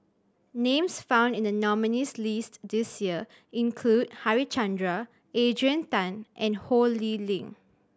names found in the nominees' list this year include Harichandra Adrian Tan and Ho Lee Ling